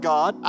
God